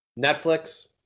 Netflix